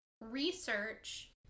research